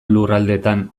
lurraldetan